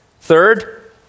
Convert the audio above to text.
Third